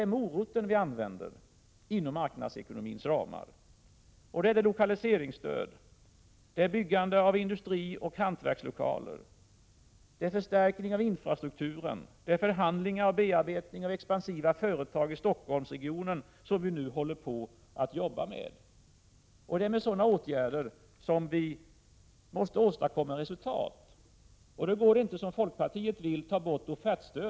Den morot vi använder inom marknadsekonomins ramar är lokaliseringsstöd, byggande av industrioch hantverkslokaler, förstärkning av infrastrukturen samt förhandlingar med och bearbetning av expansiva företag i Stockholmsregionen. Det är detta som vi i dag arbetar med, och det är med sådana åtgärder som vi nu måste åstadkomma resultat. Då går det inte att, som folkpartiet vill, ta bort offertstödet.